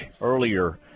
earlier